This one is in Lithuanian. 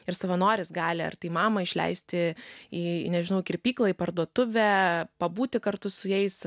ir savanoris gali ar tai mamą išleisti į nežinau kirpyklą į parduotuvę pabūti kartu su jais